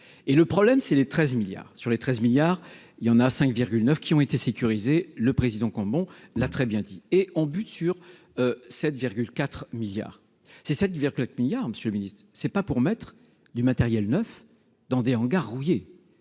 et le problème c'est les 13 milliards sur les 13 milliards il y en a 5,9 qui ont été sécurisés. Le président Cambon l'très bien dit et on bute sur. 7 4 milliards, c'est que l'autre milliard Monsieur le Ministre, c'est pas pour mettre du matériel neuf dans des hangars rouillés.